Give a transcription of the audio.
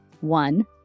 One